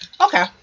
Okay